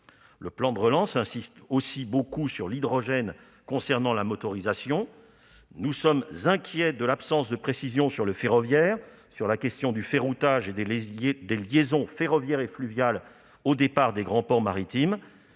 Le plan de relance insiste aussi beaucoup sur l'hydrogène concernant la motorisation. Nous sommes inquiets de l'absence de précision sur le ferroviaire, sur la question du ferroutage et des liaisons ferroviaires et fluviales au départ des grands ports maritimes.